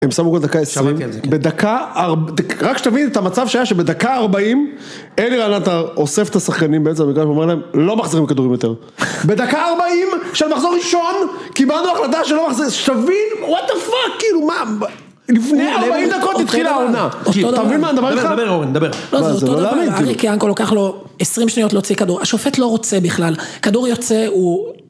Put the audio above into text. הם שמו בדקה עשרים, בדקה אר... רק שתבין את המצב שהיה שבדקה ארבעים, אלירן עטר אוסף את השחקנים בעצם ואומר להם לא מחזרים כדורים יותר. בדקה ארבעים של מחזור ראשון, קיבלנו החלטה שלא מחזירים... שתבין, וואטאפאק, כאילו מה, לפני ארבעים דקות התחילה העונה, כאילו, אתה מבין מה אני מדבר איתך? דבר אורן, דבר. לא, זה לא להאמין כאילו, אריק יאנקו לוקח לו עשרים שניות להוציא כדור, השופט לא רוצה בכלל, כדור יוצא, הוא...